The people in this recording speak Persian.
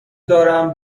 دارم